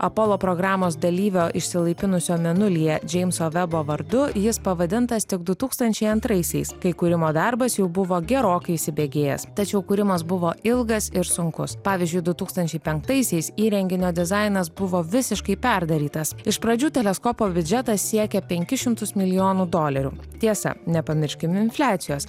apolo programos dalyvio išsilaipinusio mėnulyje džeimso vebo vardu jis pavadintas tik du tūkstančiai antraisiais kai kūrimo darbas jau buvo gerokai įsibėgėjęs tačiau kūrimas buvo ilgas ir sunkus pavyzdžiui du tūkstančiai penktaisiais įrenginio dizainas buvo visiškai perdarytas iš pradžių teleskopo biudžetas siekė penkis šimtus milijonų dolerių tiesa nepamirškim infliacijos